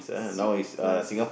sweet things